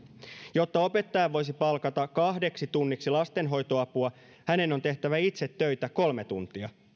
jotta opettaja voisi palkata kahdeksi tunniksi lastenhoitoapua hänen on tehtävä itse töitä kolme tuntia